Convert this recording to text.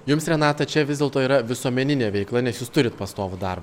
jums renata čia vis dėlto yra visuomeninė veikla nes jūs turit pastovų darbą